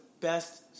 best